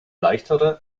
leichtere